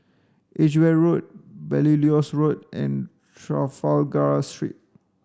Edgware Road Belilios Road and Trafalgar Street